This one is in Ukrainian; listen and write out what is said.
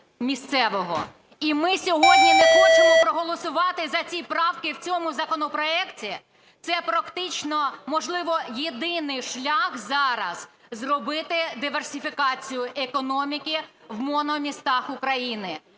І ми сьогодні не хочемо проголосувати за ці правки в цьому законопроекті? Це практично, можливо, єдиний шлях зараз зробити диверсифікацію економіки в мономістах України.